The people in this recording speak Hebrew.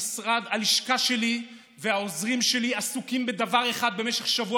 הלשכה שלי והעוזרים שלי עסוקים בדבר אחד במשך למעלה משבוע